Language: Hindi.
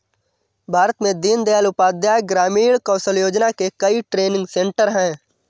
भारत में दीन दयाल उपाध्याय ग्रामीण कौशल योजना के कई ट्रेनिंग सेन्टर है